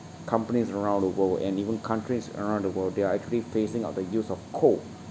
companies around the world and even countries around the world they are actually phasing out the use of coal